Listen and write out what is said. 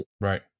Right